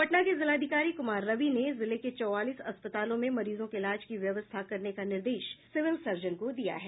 पटना के जिलाधिकारी कुमार रवि ने जिले के चौबालीस अस्पतालों में मरीजों के इलाज की व्यवस्था करने का निर्देश सिविल सर्जन को दिया है